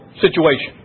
situation